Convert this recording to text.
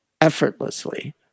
effortlessly